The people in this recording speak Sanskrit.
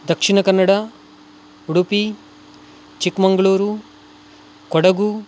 दक्षिणकन्नड उडुपि चिक्मङ्ग्ळूरु कोडगु